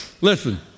Listen